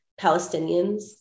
Palestinians